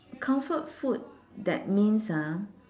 comfort food that means ah